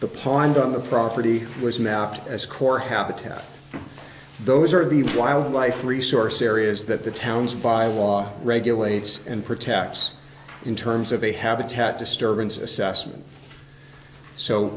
the pond on the property was mapped as core habitat those are the wildlife resource areas that the towns by law regulates and protects in terms of a habitat disturbance assessment so